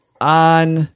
on